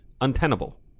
untenable